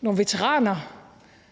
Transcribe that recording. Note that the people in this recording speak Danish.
nogle veteraner